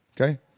okay